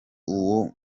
uwo